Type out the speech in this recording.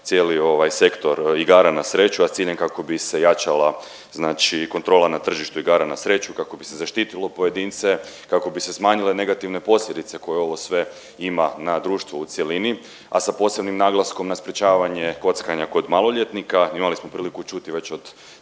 cijeli ovaj sektor igara na sreću, a s ciljem kako bi se jačala znači kontrola na tržištu igara na sreću, kako bi se zaštitilo pojedince, kako bi se smanjile negativne posljedice koje ovo sve ima na društvo u cjelini, a sa posebnim naglaskom na sprječavanje kockanja kod maloljetnika. Imali smo priliku čuti već od